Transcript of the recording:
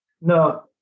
no